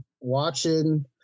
watching